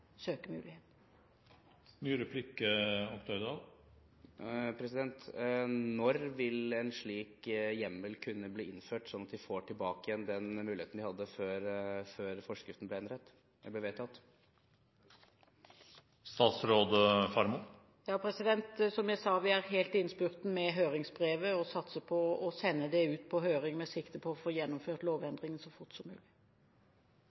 Når vil en slik hjemmel kunne bli innført, slik at vi får tilbake den muligheten vi hadde før forskriften ble vedtatt? Som jeg sa, vi er helt i innspurten med høringsbrevet og satser på å sende det ut på høring med sikte på å få gjennomført lovendringen så fort som mulig.